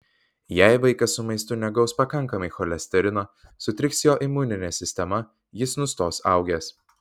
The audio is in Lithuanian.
jei vaikas su maistu negaus pakankamai cholesterino sutriks jo imuninė sistema jis nustos augęs